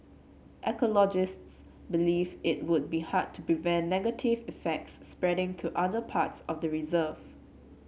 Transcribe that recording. ecologists believe it would be hard to prevent negative effects spreading to other parts of the reserve